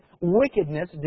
wickedness